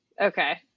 Okay